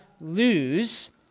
lose